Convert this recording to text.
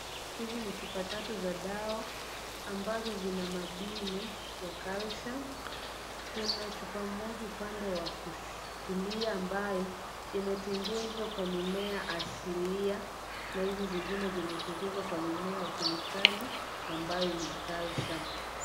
Hizi ni chupa tatu za dawa, ambazo zina madini ya calcium, kuna chupa moja upande wa kulia ambayo imetengezwa kwa mimea asilia na hizi zingine zimetengezwa kwa mimea ya kemikali ambayo ina calcium .